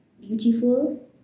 beautiful